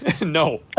No